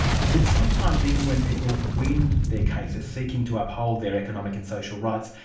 but but sometimes even when people win their cases, seeking to uphold their economic and social rights,